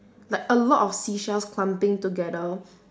like a lot of seashells clumping together